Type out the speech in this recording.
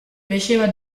piaceva